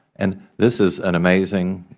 and this is an amazing,